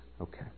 Okay